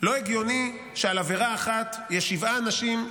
לא הגיוני שעל עבירה אחת יש שבעה אנשים,